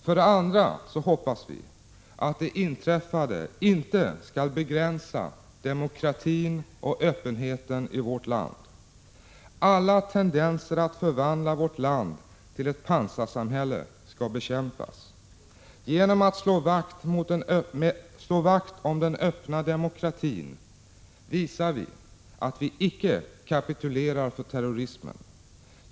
För det andra hoppas vi att det inträffade inte skall begränsa demokratin och öppenheten i vårt land. Alla tendenser att förvandla vårt land till ett pansarsamhälle skall bekämpas. Genom att slå vakt om den öppna demokratin visar vi att vi icke kapitulerar för terrorismen.